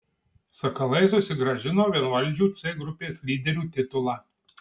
sakalai susigrąžino vienvaldžių c grupės lyderių titulą